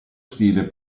stile